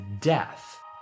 death